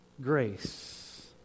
grace